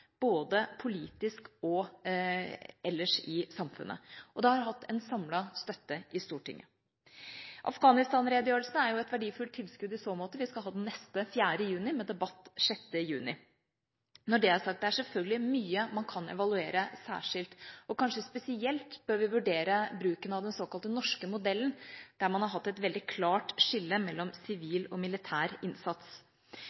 både politisk og ellers i samfunnet – og det har hatt en samlet støtte i Stortinget. Afghanistan-redegjørelsen er et verdifullt tilskudd i så måte. Vi skal ha den neste 4. juni, med debatt 6. juni. Når det er sagt, er det selvfølgelig mye man kan evaluere særskilt. Kanskje bør vi spesielt vurdere bruken av den såkalt norske modellen, der man har hatt et klart skille mellom